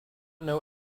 know